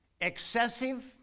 excessive